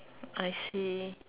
I see